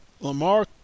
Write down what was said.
Lamar